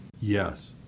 Yes